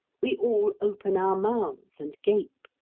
we all open our mouths and gape.